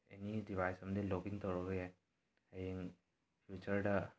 ꯑꯦꯅꯤ device ꯑꯃꯗꯒꯤ log in ꯇꯧꯔꯒ ꯌꯥꯏ ꯍꯌꯦꯡ ꯐ꯭ꯌꯨꯆꯔꯗ